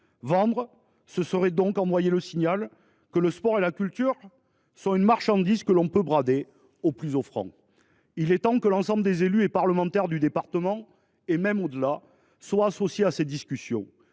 Vendre, ce serait envoyer le signal que le sport et la culture sont une marchandise que l’on peut brader au plus offrant. Il est temps que l’ensemble des élus et parlementaires du département, et au delà, soient associés à ces discussions.